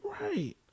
Right